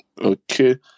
Okay